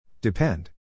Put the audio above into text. Depend